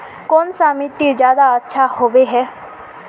कौन सा मिट्टी ज्यादा अच्छा होबे है?